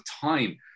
time